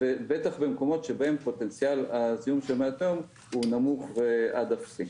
בטח במקומות שבהם פוטנציאל הזיהום של מי התהום הוא נמוך עד אפסי.